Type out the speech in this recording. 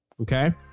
okay